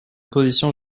position